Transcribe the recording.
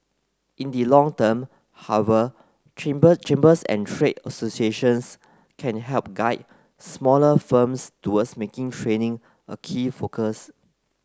in the long term however chamber chambers and trade associations can help guide smaller firms towards making training a key focus